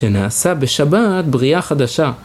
שנעשה בשבת בריאה חדשה.